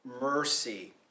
mercy